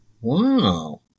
Wow